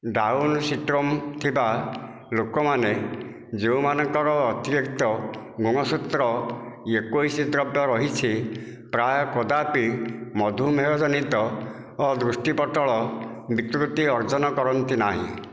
down syndrome ଥିବା ଲୋକମାନେ ଯେଉଁମାନଙ୍କର ଅତିରିକ୍ତ ଗୁଣସୂତ୍ର ଏକୋଇଶ ଦ୍ରବ୍ୟ ରହିଛି ପ୍ରାୟ କଦାପି ମଧୁମେହଜନିତ ଦୃଷ୍ଟି ପଟ୍ଟଳ ବିକୃତି ଅର୍ଜନ କରନ୍ତି ନାହିଁ